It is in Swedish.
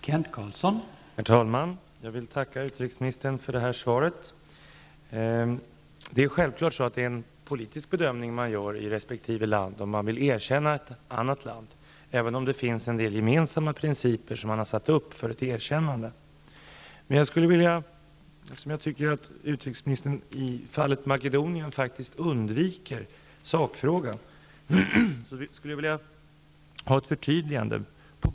Herr talman! Jag vill tacka utrikesministern för svaret. Man gör självfallet en politisk bedömning i resp. land av om man vill erkänna ett annat land, även om det finns en del gemensamma principer som man har satt upp för ett erkännande. Jag tycker att utrikesministern undviker sakfrågan när det gäller Makedonien. Jag skulle därför vilja ha ett förtydligande.